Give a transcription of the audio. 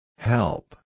Help